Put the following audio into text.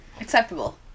acceptable